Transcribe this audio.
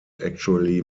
actually